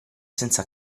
senza